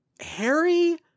Harry